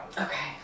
Okay